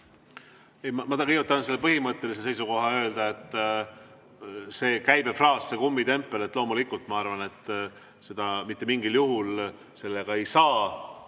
tahan selle põhimõttelise seisukoha öelda, et see käibefraas, see kummitempel – loomulikult ma arvan, et mitte mingil juhul sellega ei saa,